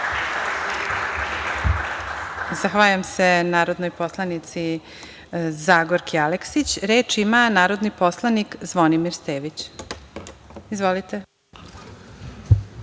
Zahvaljujem se narodnoj poslanici Zagorki Aleksić. Reč ima narodni poslanik Zvonimir Stević. Izvolite.